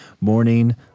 morning